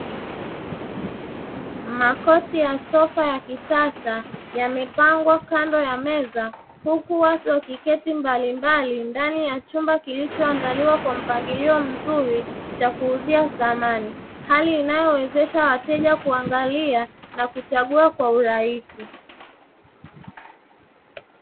Makochi ya sofa ya kisasa yamepangwa kando ya meza, huku watu wameketi mbalimbali ndani ya chumba kilichoandaliwa kwa mpangilio mzuri cha kuuzia samani, hali inayowawezesha wateja kuangalia na kuchagua kwa urahisi.